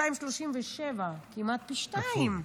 237. כמעט פי שניים.